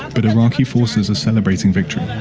but iraqi forces are celebrating victory.